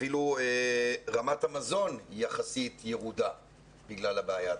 אפילו רמת המזון יחסית ירודה בגלל הבעיה התקציבית.